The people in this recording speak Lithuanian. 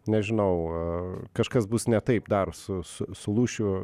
nežinau ar kažkas bus ne taip dar su su sulūšiu